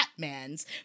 Batmans